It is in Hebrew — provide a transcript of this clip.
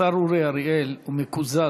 השר אורי אריאל מקוזז.